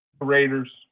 Raiders